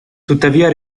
tuttavia